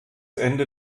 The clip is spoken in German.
ende